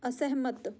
ਅਸਹਿਮਤ